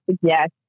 yes